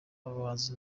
abahanzi